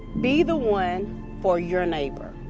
be the one for your neighbor.